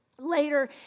Later